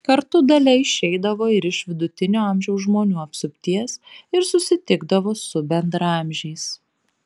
kartu dalia išeidavo ir iš vidutinio amžiaus žmonių apsupties ir susitikdavo su bendraamžiais